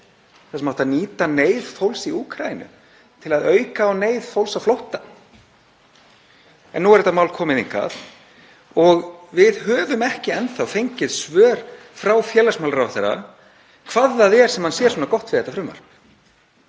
þar sem átti að nýta neyð fólks í Úkraínu til að auka á neyð fólks á flótta. En nú er þetta mál komið hingað og við höfum ekki enn þá fengið svör frá félagsmálaráðherra um hvað það er sem hann sér svona gott við þetta frumvarp.